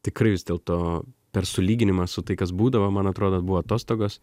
tikrai vis dėlto per sulyginimą su tai kas būdavo man atrodo buvo atostogos